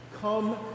Come